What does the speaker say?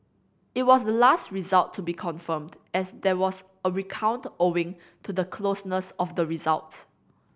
it was the last result to be confirmed as there was a recount owing to the closeness of the results